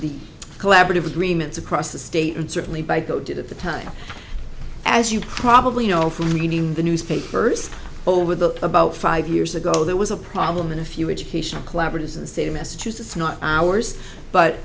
the collaborative agreements across the state and certainly by go did at the time as you probably know from reading the newspapers over the about five years ago there was a problem in a few educational collaboratives in the state of massachusetts not ours but